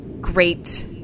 great